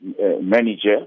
manager